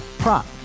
prop